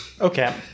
Okay